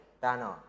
Banner